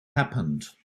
happened